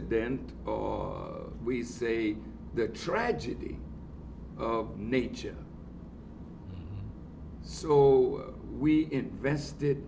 then or we see the tragedy of nature so we invested